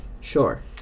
sure